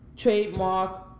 trademark